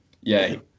Yay